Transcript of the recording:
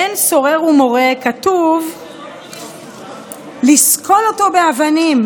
בן סורר ומורה, כתוב לסקול אותו באבנים.